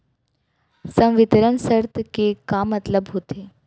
संवितरण शर्त के का मतलब होथे?